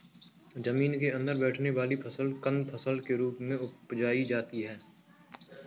जमीन के अंदर बैठने वाली फसल कंद फसल के रूप में उपजायी जाती है